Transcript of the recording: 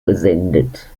gesendet